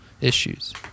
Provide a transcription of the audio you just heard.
issues